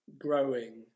growing